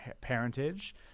parentage